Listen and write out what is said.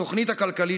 "התוכנית הכלכלית",